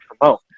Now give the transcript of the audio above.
promote